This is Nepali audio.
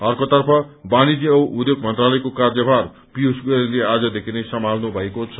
अर्कोतर्फ वाणिज्य औ उद्योग मन्त्रालयको कार्यभार पीयूष गोयलले आजदेखि नै सम्हाल्नु भएको छ